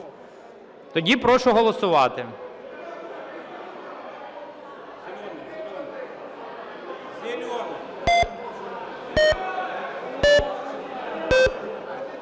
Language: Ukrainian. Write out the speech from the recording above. Тоді прошу голосувати.